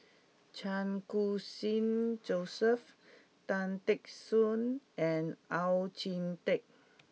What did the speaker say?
Chan Khun Sing Joseph Tan Teck Soon and Oon Jin Teik